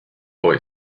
boy